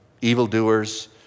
evildoers